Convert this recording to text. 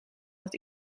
dat